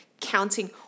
counting